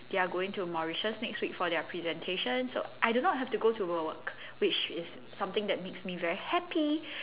they're going to Mauritius next week for their presentation so I do not have to go to work which is something that makes me very happy